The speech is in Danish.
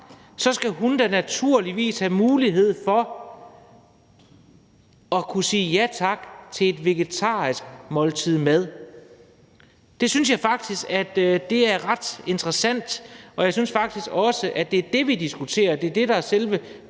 skal hun da naturligvis have mulighed for at kunne sige ja tak til et vegetarisk måltid mad. Det synes jeg faktisk er ret interessant, og jeg synes faktisk også, at det er det, vi diskuterer. Det er det, der er selve